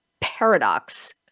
paradox